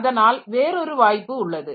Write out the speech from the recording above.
அதனால் வேறொரு வாய்ப்புள்ளது